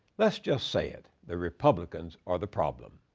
let's just say it the republicans are the problem.